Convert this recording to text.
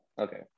Okay